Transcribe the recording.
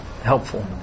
helpful